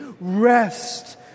rest